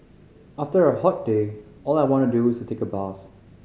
after a hot day all I want to do is take a bath